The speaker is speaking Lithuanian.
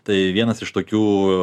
tai vienas iš tokių